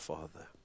Father